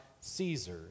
Caesar